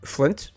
Flint